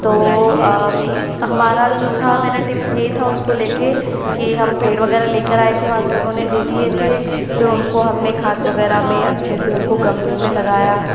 तो हमारा जो था मेरा टिप्स यही था उसको लेकर की हम पेड़ वगैरह लेकर आए थे वहाँ से उन्होंने दे दिये थे फिर उनको हमने खाद वगैरह में अच्छे से उनको गमले में लगाया